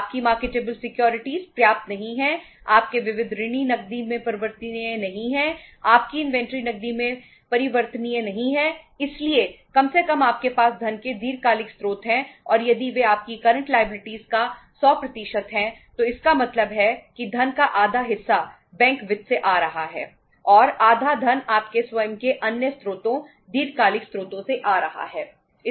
आपकी marketable securities का 100 हैं तो इसका मतलब है कि धन का आधा हिस्सा बैंक वित्त से आ रहा है और आधा धन आपके स्वयं के अन्य स्रोतों दीर्घकालिक स्रोतों से आ रहा है